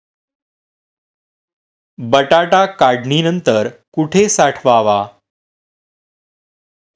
बटाटा काढणी नंतर कुठे साठवावा?